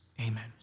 amen